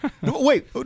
Wait